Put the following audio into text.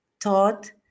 taught